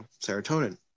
serotonin